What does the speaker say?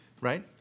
right